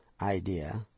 idea